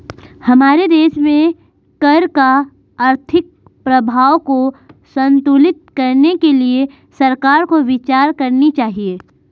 हमारे देश में कर का आर्थिक प्रभाव को संतुलित करने के लिए सरकार को विचार करनी चाहिए